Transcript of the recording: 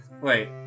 Wait